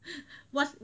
what's